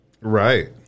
Right